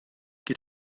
gilt